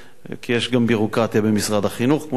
כי יש גם ביורוקרטיה במשרד החינוך כמו שאתה יודע.